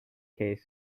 case